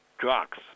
Drugs